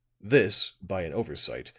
this, by an oversight,